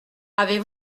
avez